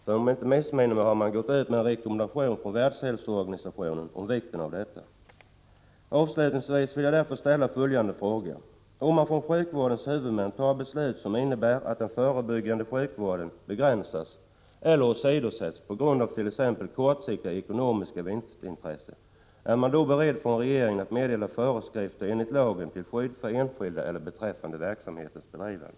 Om jag inte missminner mig har det även kommit rekommendationer från Världshälsoorganisationen om vikten av detta. Avslutningsvis vill jag därför ställa följande fråga: Om sjukvårdens huvudmän fattar beslut som innebär att den förebyggande sjukvården begränsas eller åsidosätts på grund av t.ex. kortsiktiga ekonomiska vinstintressen, är man då beredd från regeringens sida att meddela föreskrifter enligt lagen till skydd för enskilda eller beträffande verksamhetens bedrivande?